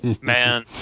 man